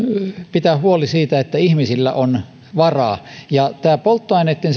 pitää huoli siitä että ihmisillä on varaa tästä polttoaineitten